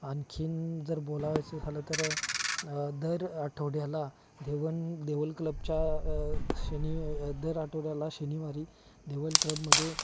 आणखीन जर बोलावयाचं झालं तर दर आठवड्याला देवन देवल क्लबच्या शनी दर आठवड्याला शनिवारी देवल क्लबमध्ये